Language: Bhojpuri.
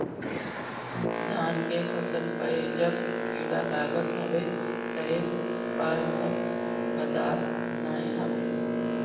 धान के फसल पअ जब कीड़ा लागत हवे तअ बाल सब गदात नाइ हवे